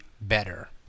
better